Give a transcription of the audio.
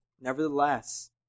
Nevertheless